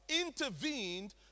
intervened